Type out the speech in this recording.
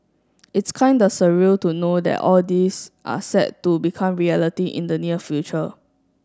it's kinda surreal to know that all this are set to become reality in the near future